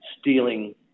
stealing